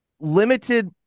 limited